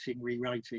rewriting